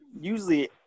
Usually